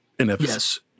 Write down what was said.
yes